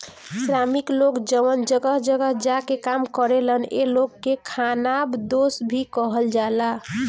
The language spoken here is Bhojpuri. श्रमिक लोग जवन जगह जगह जा के काम करेलन ए लोग के खानाबदोस भी कहल जाला